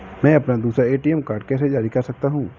मैं अपना दूसरा ए.टी.एम कार्ड कैसे जारी कर सकता हूँ?